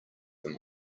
them